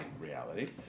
reality